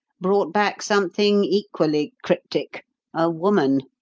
brought back something equally cryptic a woman?